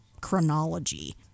chronology